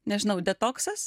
nežinau detoksas